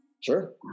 Sure